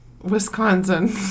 Wisconsin